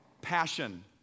passion